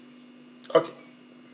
okay